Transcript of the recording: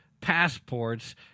passports